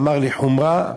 אמר לחומרה,